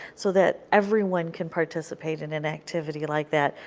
so that everyone can participate in an activity like that,